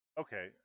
okay